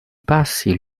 passi